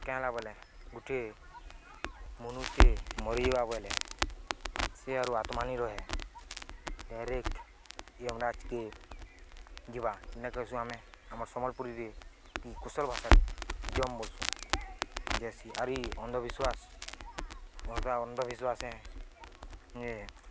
କେଁଲା ବୋଲେ ଗୁଟେ ମନୁଷଟେ ମରିଯିବା ବଇଲେ ସେ ଆରୁ ଆତ୍ମା ନିରୁହେ ଡ଼ାଇରେକ୍ଟ ୟମ୍ ରାଜକେ ଯିବା ନେକ ଆସୁ ଆମେ ଆମର୍ ସମ୍ବଲପୁରୀରେ କି କୁଶଲ ଭାଷାରେ ଜମ୍ ବସୁଁ ଯେସିି ଆରିଇ ଅନ୍ଧବିଶ୍ୱାସ ଅନ୍ଧବିଶ୍ଵାସ ହେ ଯେ